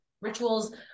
rituals